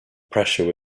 pressure